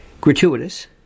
gratuitous